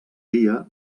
dia